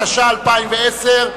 התש"ע 2010,